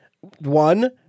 one